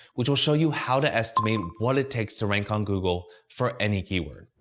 which will show you how to estimate what it takes to rank on google for any keyword.